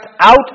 out